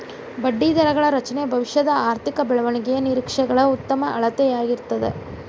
ಬಡ್ಡಿದರಗಳ ರಚನೆ ಭವಿಷ್ಯದ ಆರ್ಥಿಕ ಬೆಳವಣಿಗೆಯ ನಿರೇಕ್ಷೆಗಳ ಉತ್ತಮ ಅಳತೆಯಾಗಿರ್ತದ